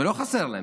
ולא חסר להם,